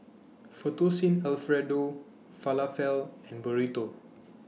Fettuccine Alfredo Falafel and Burrito